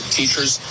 teachers